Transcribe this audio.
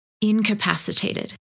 incapacitated